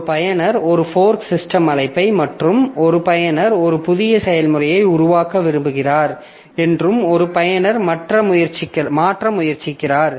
ஒரு பயனர் ஒரு ஃபோர்க் சிஸ்டம் அழைப்பை மற்றும் ஒரு பயனர் ஒரு புதிய செயல்முறையை உருவாக்க விரும்புகிறார் என்றும் ஒரு பயனர் மாற்ற முயற்சிக்கிறார்